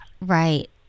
Right